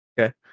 Okay